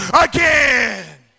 again